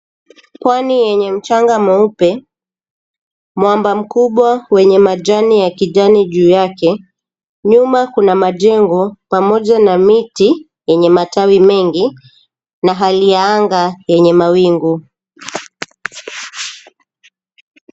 Pwani yenye mchanga mweupe. Mwamba mkubwa wenye majani ya kijani juu yake. Nyuma kuna majengo pamoja na miti yenye matawi mengi na hali ya anga yenye mawingu.